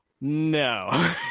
no